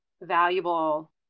valuable